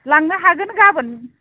लांनो हागोन गाबोन